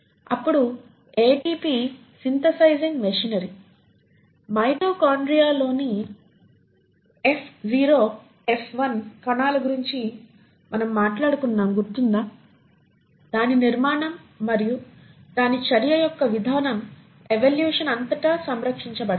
అప్పుడు ATP synthesizing machinery మైటోకాండ్రియాలోని F0 F1 కణాల గురించి మేము మాట్లాడుకున్నాము గుర్తుందా దాని నిర్మాణం మరియు దాని చర్య యొక్క విధానం ఎవల్యూషన్ అంతటా సంరక్షించబడతాయి